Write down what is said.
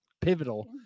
pivotal